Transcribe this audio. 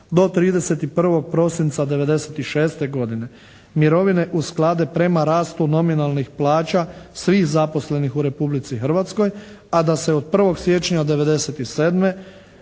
do 31. prosinca '96. godine, mirovine usklade prema rastu nominalnih plaća svih zaposlenih u Republici Hrvatskoj a da se od 1. siječnja '97. mirovine